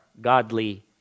godly